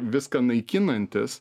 viską naikinantis